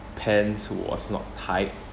pants who was not tied